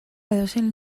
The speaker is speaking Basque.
edozein